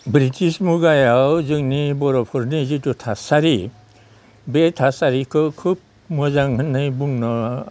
British मुगायाव जोंनि बर'फोरनि जिथु थासारि बे थासारिखौ खोब मोजां होननानै बुंनो